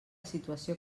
situació